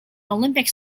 olympic